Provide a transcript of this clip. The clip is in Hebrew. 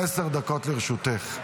עשר דקות לרשותך.